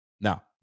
Now